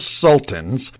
sultans